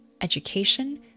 education